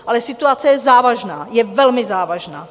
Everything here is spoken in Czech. Ale situace je závažná, je velmi závažná.